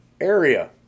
area